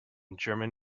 german